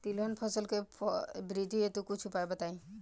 तिलहन फसल के वृद्धी हेतु कुछ उपाय बताई जाई?